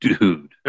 Dude